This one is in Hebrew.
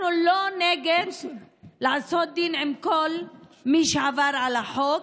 אנחנו לא נגד לעשות דין עם כל מי שעבר על החוק.